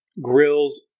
grills